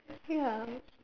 ya